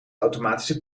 automatische